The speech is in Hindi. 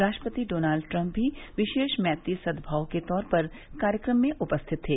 राष्ट्रपति डॉनल्ड ट्रम्प भी विशेष मैत्री सद्माव के तौर पर कार्यक्रम में उपस्थित थे